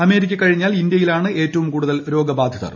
America കഴിഞ്ഞാൽ ഇന്ത്യയിലാണ് ഏറ്റവും കൂടുതൽ രോഗബാധിതർ